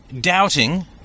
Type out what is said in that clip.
doubting